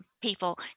people